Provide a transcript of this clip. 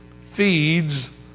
feeds